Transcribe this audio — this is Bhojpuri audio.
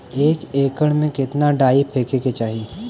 एक एकड़ में कितना डाई फेके के चाही?